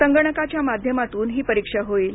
संगणकाच्या माध्यमातून ही परीक्षा होईल